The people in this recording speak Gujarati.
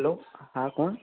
હલો હા કોણ